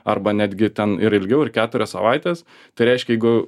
arba netgi ten ir ilgiau ir keturias savaites tai reiškia jeigu